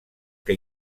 que